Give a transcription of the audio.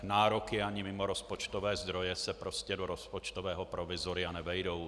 Nároky ani mimorozpočtové zdroje se do rozpočtového provizoria nevejdou.